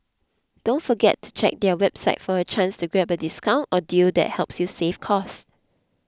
don't forget to check their website for a chance to grab a discount or deal that helps you save cost